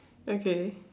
okay